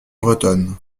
bretonne